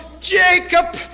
Jacob